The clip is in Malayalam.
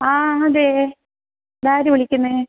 ആ അതെ ഇതാര് വിളിക്കുന്നത്